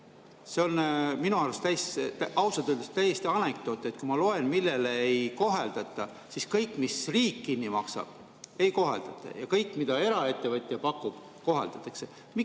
See on minu arust ausalt öeldes täiesti anekdoot – kui ma loen, millele ei kohaldata, siis kõigele, mis riik kinni maksab, ei kohaldata, aga kõigele, mida eraettevõtja pakub, kohaldatakse.